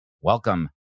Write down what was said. welcome